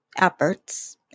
efforts